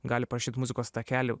gali parašyt muzikos takelį